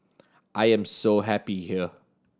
I am so happy here